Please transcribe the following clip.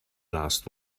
last